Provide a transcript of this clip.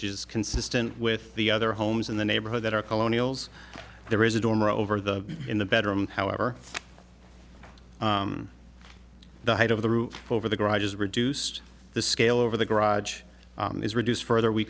just consistent with the other homes in the neighborhood that are colonials there is a dormer over the in the bedroom however the height of the roof over the garage is reduced the scale over the garage is reduced further we